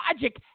logic